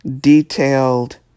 detailed